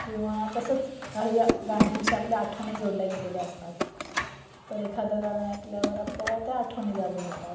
किंवा तसंच काही गाण्यांशी आपल्या आठवणी जोडल्या गेलेल्या असतात तर एखादं गाणं ऐकल्यावर आपल्या त्या आठवणी जाग्या होतात